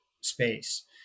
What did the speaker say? space